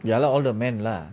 ya lah all the man lah